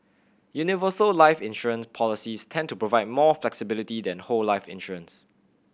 universal life insurance policies tend to provide more flexibility than whole life insurance